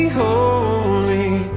holy